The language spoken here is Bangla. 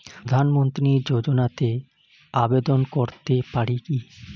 প্রধানমন্ত্রী যোজনাতে আবেদন করতে পারি কি?